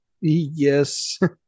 Yes